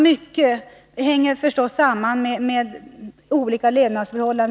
Mycket hänger förstås samman med olika levnadsförhållanden.